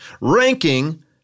ranking